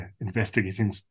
investigating